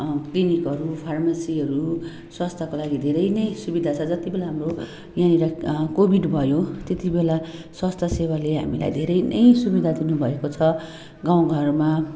क्लिनिकहरू फार्मासीहरू स्वास्थ्यको लागि धेरै नै सुविधा छ जति बेला हाम्रो यहाँनिर कोभिड भयो त्यति बेला स्वास्थ्य सेवाले हामीलाई धेरै नै सुविधा दिनुभएको छ गाउँ घरमा